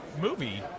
movie